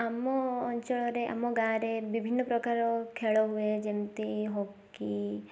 ଆମ ଅଞ୍ଚଳରେ ଆମ ଗାଁ'ରେ ବିଭିନ୍ନ ପ୍ରକାର ଖେଳ ହୁଏ ଯେମିତି ହକି